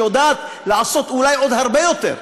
שיודעת לעשות אולי עוד הרבה יותר,